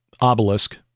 obelisk